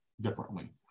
differently